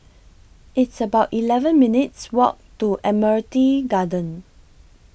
It's about eleven minutes' Walk to Admiralty Garden